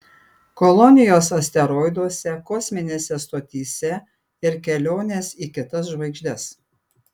kolonijos asteroiduose kosminėse stotyse ir kelionės į kitas žvaigždes